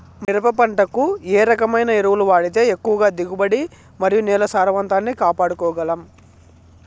మిరప పంట కు ఏ రకమైన ఎరువులు వాడితే ఎక్కువగా దిగుబడి మరియు నేల సారవంతాన్ని కాపాడుకోవాల్ల గలం?